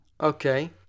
Okay